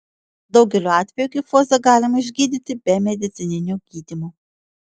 daugeliu atvejų kifozę galima išgydyti be medicininio gydymo